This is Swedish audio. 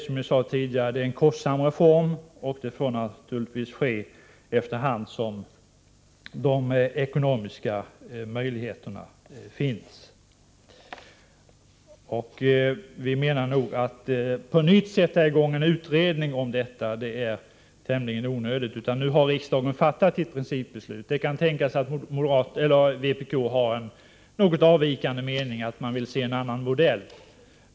Som jag sade tidigare är det en kostsam reform och får naturligtvis genomföras efter hand och när de ekonomiska möjligheterna tillåter det. Vi tycker att det är tämligen onödigt att på nytt sätta i gång med en utredning. Riksdagen har fattat ett principbeslut. Det kan tänkas att vpk har en något avvikande mening och vill ha en annan modell.